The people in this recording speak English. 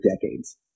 decades